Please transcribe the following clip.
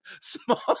small